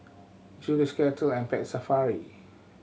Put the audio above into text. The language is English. Julie's Kettle and Pet Safari